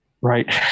Right